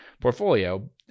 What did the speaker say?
portfolio